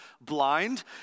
blind